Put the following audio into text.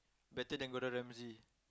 better than Gordon-Ramsay